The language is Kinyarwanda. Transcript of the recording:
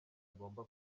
agomba